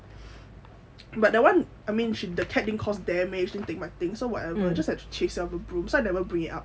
but then one I mean the cat didn't cause damage didn't take my things so whatever just like need to chase it out with a broom so I never bring it up